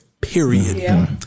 Period